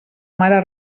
mare